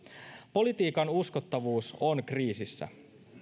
politiikan uskottavuus on kriisissä